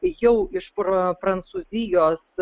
jau iš pra prancūzijos